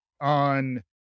on